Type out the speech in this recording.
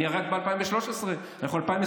אני רק ב-2013, ואנחנו ב-2021.